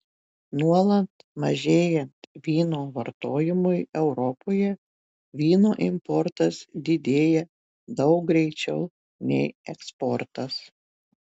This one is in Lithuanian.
nuolat mažėjant vyno vartojimui europoje vyno importas didėja daug greičiau nei eksportas